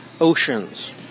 oceans